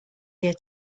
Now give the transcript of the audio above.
here